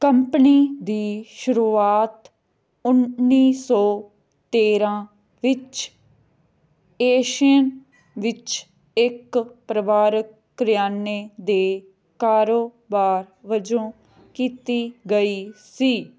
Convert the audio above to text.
company ਦੀ ਸ਼ੁਰੂਆਤ ਉੱਨੀ ਸੌ ਤੇਰਾਂ ਵਿੱਚ ਏਸ਼ੀਅਨ ਵਿੱਚ ਇੱਕ ਪਰਿਵਾਰਕ ਕਰਿਆਨੇ ਦੇ ਕਾਰੋਬਾਰ ਵਜੋਂ ਕੀਤੀ ਗਈ ਸੀ